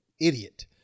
idiot